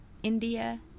India